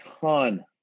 ton